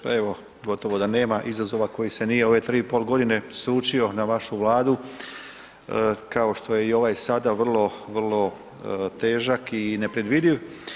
Pa evo gotovo da nema izazova koji se nije u ove tri i pol godine sručio na vašu Vladu kao što je ovaj sada vrlo, vrlo težak i nepredvidiv.